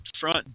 front